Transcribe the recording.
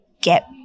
get